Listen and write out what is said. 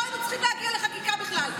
לא היינו צריכים להגיע לחקיקה בכלל.